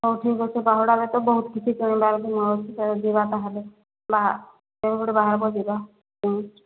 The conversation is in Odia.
ହେଉ ଠିକ ଅଛି ବାହୁଡ଼ାରେ ତ ବହୁତ କିଛି କିଣିବାର୍ ମୋର ଅଛି ଯିବା ତା'ହେଲେ କେବେ ଗୋଟିଏ ବାହାରକର ଯିବା ହଁ